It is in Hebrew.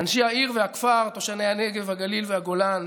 אנשי העיר והכפר, תושבי הנגב, הגליל והגולן,